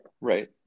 right